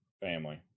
family